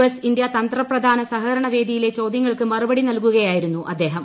S India തന്ത്രപ്രധാന സഹകരണ വേദിയിലെ ചോദ്യങ്ങൾക്ക് മറുപടി നൽകുകയായിരുന്നു അദ്ദേഹം